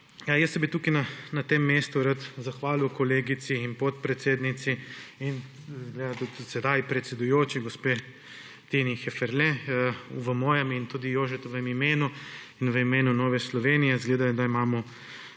Jaz se bi tukaj na tem mestu rad zahvalil kolegici in podpredsednici in tudi sedaj predsedujoči gospe Tini Heferle v mojem in tudi Jožetovem imenu in v imenu Nove Slovenije, izgleda, da imamo